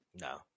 No